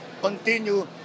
continue